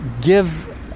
give